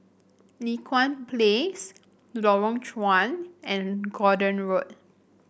Li Hwan Place Lorong Chuan and Gordon Road